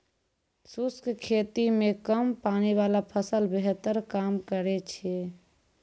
शुष्क खेती मे कम पानी वाला फसल बेहतर काम करै छै